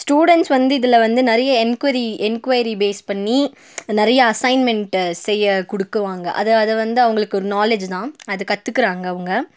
students வந்து இதில் வந்து நிறைய என்கொய்ரீ என்கொயரீ பேஸ் பண்ணி நிறைய அஸைன்மெண்டு செய்ய கொடுக்குவாங்க அதை அதை வந்து அவங்களுக்கு ஒரு நாலேஜூ தான் அது கற்றுக்குறாங்க அவங்க